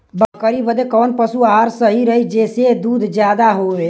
बकरी बदे कवन पशु आहार सही रही जेसे दूध ज्यादा होवे?